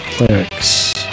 lyrics